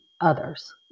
others